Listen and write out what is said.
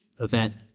event